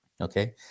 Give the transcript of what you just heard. Okay